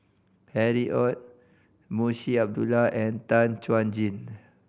Harry Ord Munshi Abdullah and Tan Chuan Jin